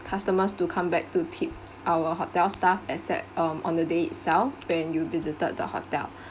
customers to come back to tips our hotel staff except um on the day itself when you visited the hotel